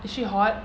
is she hot